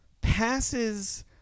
passes